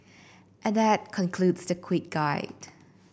and that concludes the quick guide